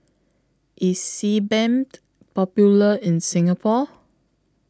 IS Sebamed Popular in Singapore